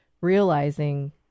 realizing